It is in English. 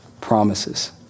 promises